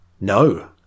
No